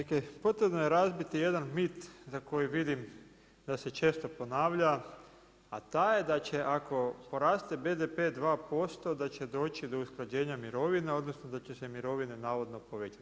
Dakle, potrebno je razbiti jedan mit za koji vidim da se često ponavlja, a taj je da će ako poraste BDP 2% da će doći do usklađenja mirovina, odnosno da će se mirovine navodno povećati.